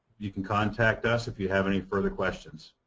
you can contact us if you have any further questions.